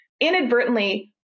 inadvertently